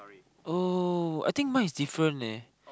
oh I think my is different leh